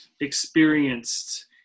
experienced